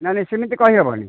ନାଇଁ ନାଇଁ ସେମିତି କହିହେବନି